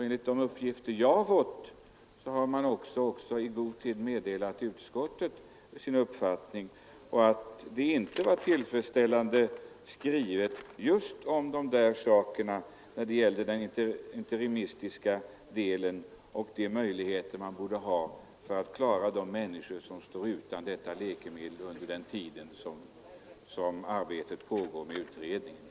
Enligt de uppgifter jag har fått har man i god tid meddelat utskottet sin uppfattning, att utskottets skrivning inte var tillfredsställande just i vad gällde den interimistiska delen och de möjligheter man borde ha för att klara de människor som står utan läkemedel under den tid arbetet med utredningen pågår, borde alla kunna inse.